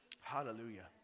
Hallelujah